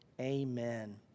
Amen